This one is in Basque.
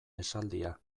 esaldia